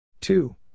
two